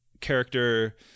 character